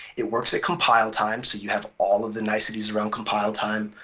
it works at compile time. so you have all of the niceties around compile time,